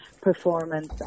performance